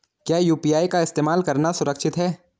क्या यू.पी.आई का इस्तेमाल करना सुरक्षित है?